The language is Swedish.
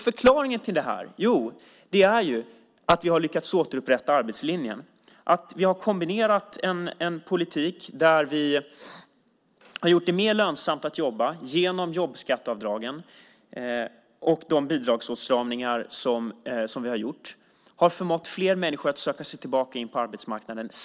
Förklaringen är att vi har lyckats återupprätta arbetslinjen och att vi har kombinerat en politik som gör det mer lönsamt att jobba genom jobbskatteavdragen med bidragsåtstramningar som har förmått fler människor att söka sig tillbaka in på arbetsmarknaden.